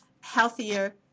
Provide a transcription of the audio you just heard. healthier